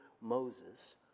Moses